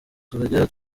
tukajya